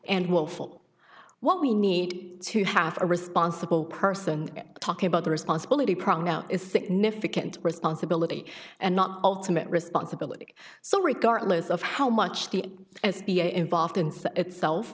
and willful what we need to have a responsible person talking about the responsibility problem now is significant responsibility and not ultimate responsibility so regardless of how much the as be involved insert itself